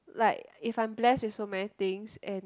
like if I'm bless with so many things and